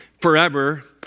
forever